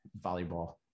volleyball